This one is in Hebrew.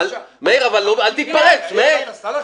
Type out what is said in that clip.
העיר אילת עשתה לך משהו,